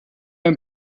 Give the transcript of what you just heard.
ein